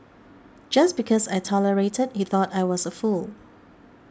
just because I tolerated he thought I was a fool